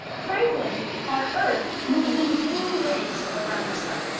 franklin, our earth, moves in two ways around the sun.